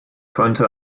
könnte